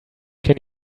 can